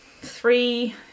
three